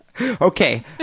Okay